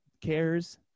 cares